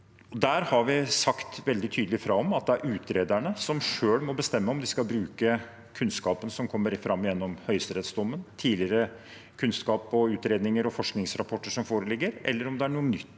Der har vi sagt veldig tydelig fra om at det er utrederne som selv må bestemme om de skal bruke kunnskapen som kommer fram gjennom høyesterettsdommen, tidligere kunnskap og utredninger og forskningsrapporter som foreligger, eller om det er noe nytt